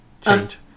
change